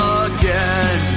again